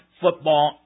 football